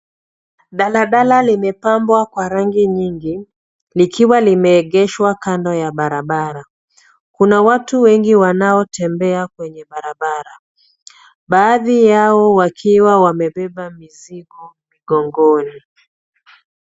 Daladala limepambwa kwa rangi nyingi, likiwa limeegeshwa kando ya barabara. Kuna watu wengi wanaotembea kwenye barabara, baadhi yao wakiwa wamebeba mizigo mgongoni.